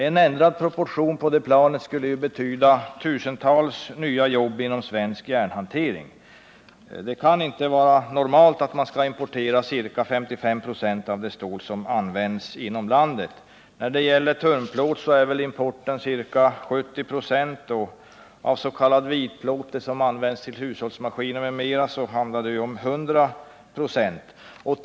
En ändring av proportionerna på det här området skulle betyda tusentals nya jobb inom svensk järnhantering. Det kan inte vara normalt att man skall importera ca 55 96 av det stål som används inom landet. När det gäller tunnplåt är importen ca 70 926 och för s.k. vitplåt, som används till hushållsmaskiner m.m., handlar det om 100 926.